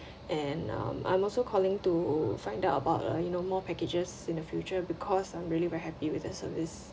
and um I'm also calling to find out about uh you know more packages in the future because I'm really very happy with the service